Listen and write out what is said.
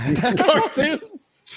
Cartoons